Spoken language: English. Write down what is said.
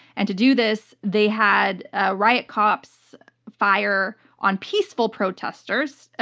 and to do this, they had ah riot cops fire, on peaceful protesters, ah